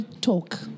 talk